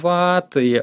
va tai